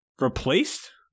replaced